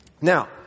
Now